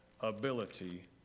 ability